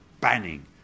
banning